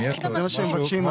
זה מה שמבקשים.